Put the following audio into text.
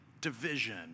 division